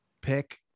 pick